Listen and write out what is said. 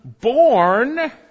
born